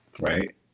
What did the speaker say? right